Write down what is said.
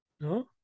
No